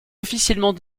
officiellement